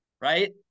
right